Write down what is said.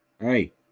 Hey